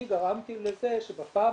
שגרמתי לזה שפעם